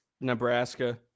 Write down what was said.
Nebraska